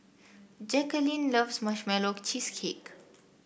Jacalyn loves Marshmallow Cheesecake